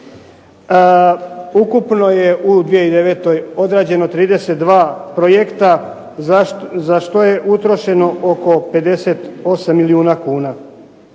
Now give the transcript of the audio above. Ukupno je u 2009. odrađeno 32 projekta za što je utrošeno oko 58 milijuna kuna.